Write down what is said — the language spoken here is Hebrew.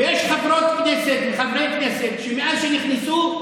יש חברות כנסת וחברי כנסת שמאז שנכנסו,